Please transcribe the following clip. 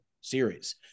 series